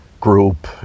group